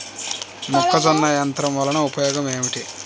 మొక్కజొన్న యంత్రం వలన ఉపయోగము ఏంటి?